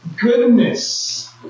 goodness